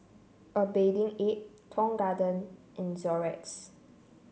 A Bathing Ape Tong Garden and Xorex